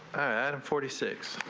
and and forty six